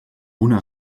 una